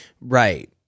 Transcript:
Right